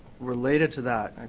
related to that,